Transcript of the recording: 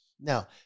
Now